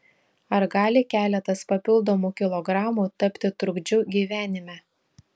ar gali keletas papildomų kilogramų tapti trukdžiu gyvenime